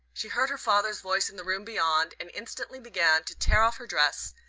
she heard her father's voice in the room beyond, and instantly began to tear off her dress,